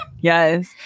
yes